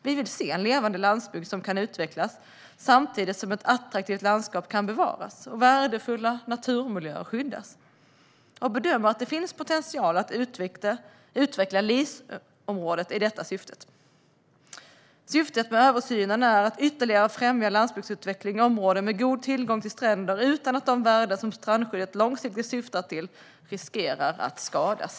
Vi vill se en levande landsbygd som kan utvecklas samtidigt som ett attraktivt landskap kan bevaras och värdefulla naturmiljöer skyddas, och vi bedömer att det finns potential att utveckla LIS-instrumentet i det syftet. Syftet med översynen är att ytterligare främja landsbygdsutveckling i områden med god tillgång till stränder utan att de värden som strandskyddet långsiktigt syftar till att skydda riskerar att skadas.